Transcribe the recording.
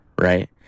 right